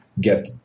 get